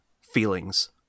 feelings